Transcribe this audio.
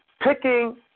Picking